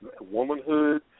womanhood